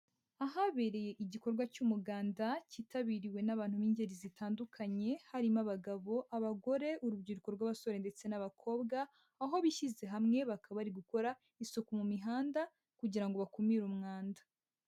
Ahabereye igikorwa cy'umuganda cyitabiriwe n'abantu b'ingeri zitandukanye, harimo abagabo, abagore, urubyiruko rw'abasore ndetse n'abakobwa, aho bishyize hamwe bakaba bari gukora isuku mu mihanda kugira ngo bakumire umwanda.